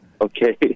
Okay